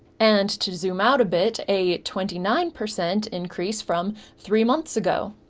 and to zoom out a bit, a twenty nine percent increase from three months ago.